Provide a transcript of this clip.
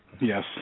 Yes